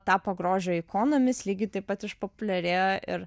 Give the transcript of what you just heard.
tapo grožio ikonomis lygiai taip pat išpopuliarėjo ir